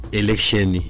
election